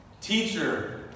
Teacher